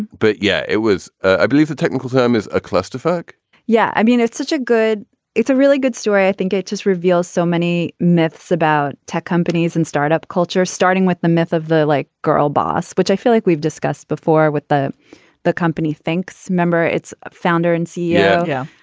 but yeah, it was ah i believe the technical term is a clusterfuck yeah. i mean it's such a good it's a really good story. i think it just reveals so many myths about tech companies and startup culture, starting with the myth of the like girl boss, which i feel like we've discussed before with the the company thinks member, its founder and ceo. yeah.